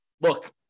look